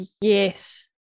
yes